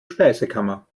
speisekammer